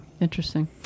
Interesting